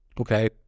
Okay